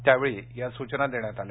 त्यावेळी या सूचना देण्यात आल्या